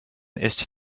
ist